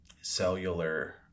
cellular